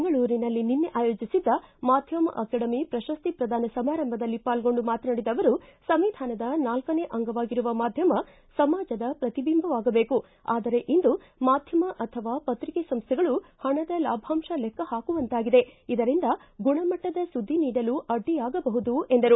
ಬೆಂಗಳೂರಿನಲ್ಲಿ ನಿನ್ನೆ ಆಯೋಜಿಸಿದ್ದ ಮಾಧ್ವಮ ಅಕಾಡಮಿ ಪ್ರಶಸ್ತಿ ಪ್ರದಾನ ಸಮಾರಂಭದಲ್ಲಿ ಪಾಲ್ಗೊಂಡು ಮಾತನಾಡಿದ ಅವರು ಸಂವಿಧಾನದ ನಾಲ್ಕನೇ ಅಂಗವಾಗಿರುವ ಮಾಧ್ಯಮ ಸಮಾಜದ ಪ್ರತಿಬಿಂಬವಾಗಬೇಕು ಆದರೆ ಇಂದು ಮಾಧ್ಯಮ ಅಥವಾ ಪತ್ರಿಕೆ ಸಂಸ್ಥೆಗಳು ಹಣದ ಲಾಭಾಂಶ ಲೆಕ್ಕ ಹಾಕುವಂತಾಗಿದೆ ಇದರಿಂದ ಗುಣಮಟ್ಟದ ಸುದ್ದಿ ನೀಡಲು ಅಡ್ಡಿಯಾಗಬಹುದು ಎಂದರು